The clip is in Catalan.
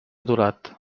aturat